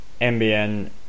MBN